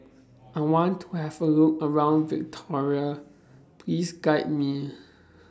I want to Have A Look around Victoria Please Guide Me